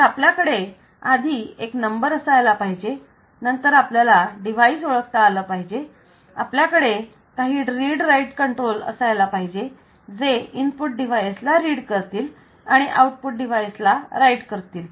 तर आपल्याकडे आधी एक नंबर असायला पाहिजे नंतर आपल्याला डिवाइस ओळखता आलं पाहिजे आपल्याकडे काही रीड राईट कंट्रोल असायला पाहिजे जे इनपुट डिवाइस ला रीड करतील आणि आउटपुट डिवाइस ला राईट करतील